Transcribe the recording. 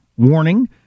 Warning